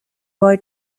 boy